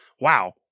wow